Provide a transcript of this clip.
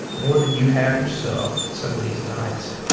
more than you have yourself, some of these nights.